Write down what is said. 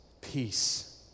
peace